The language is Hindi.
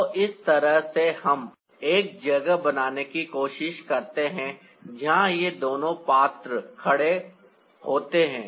तो इस तरह से हम एक जगह बनाने की कोशिश करते हैं जहाँ ये दोनों पात्र खड़े होते हैं